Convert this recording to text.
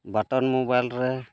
button mobile ᱨᱮ